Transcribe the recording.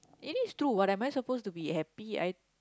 is it true what am I suppose to be happy I